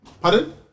Pardon